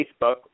Facebook